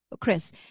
Chris